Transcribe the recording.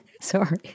sorry